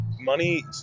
money